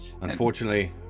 Unfortunately